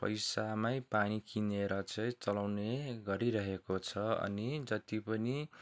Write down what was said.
पैसामै पानी किनेर चाहिँ चलाउने गरिरहेको छ अनि जति पनि